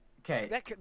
Okay